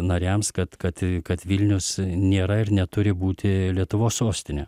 nariams kad kad ir kad vilnius i nėra ir neturi būti lietuvos sostinė